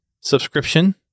subscription